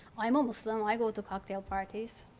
i'm a muslim. i go to cocktail parties.